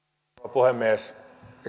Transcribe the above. puhemies